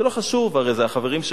זה לא חשוב, הרי זה החברים שלו,